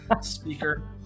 speaker